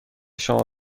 شما